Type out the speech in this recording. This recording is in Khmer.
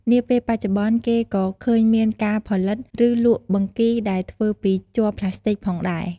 នាពេលបច្ចុប្បន្នគេក៏ឃើញមានការផលិត ឬលក់បង្គីដែលធ្វើពីជ័រប្លាស្ទិកផងដែរ។